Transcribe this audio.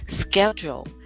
schedule